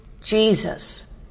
Jesus